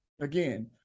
Again